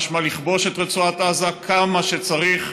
משמע לכבוש את רצועת עזה כמה שצריך,